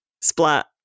splat